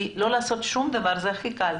לא לעשות שום דבר זה הכי קל.